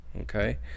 Okay